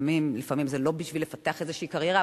לפעמים זה לא בשביל לפתח איזושהי קריירה,